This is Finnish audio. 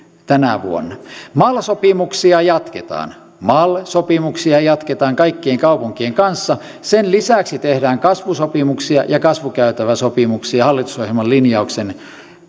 tänä vuonna mal sopimuksia jatketaan mal sopimuksia jatketaan kaikkien kaupunkien kanssa sen lisäksi tehdään kasvusopimuksia ja kasvukäytäväsopimuksia hallitusohjelman linjauksen